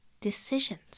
decisions